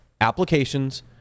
applications